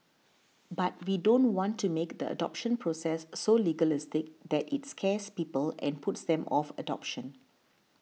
but we don't want to make the adoption process so legalistic that it scares people and puts them off adoption